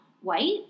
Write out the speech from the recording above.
white